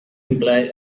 imply